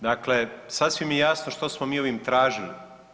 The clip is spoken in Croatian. Dakle, sasvim je jasno što smo mi ovim tražili.